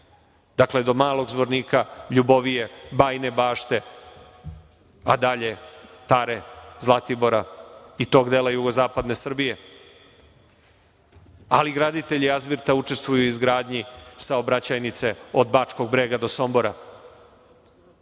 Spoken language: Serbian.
dakle do Malog Zvornika, Ljubovije, Bajine Bašte, a dalje Tare, Zlatibora i tog dela Jugozapadne Srbije. Ali, graditelji „Azverta“ učestvuju i u izgradnji saobraćajnice od Bačkog Brega do Sombora